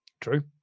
True